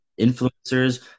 influencers